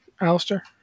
Alistair